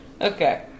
Okay